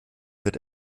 wird